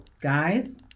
Guys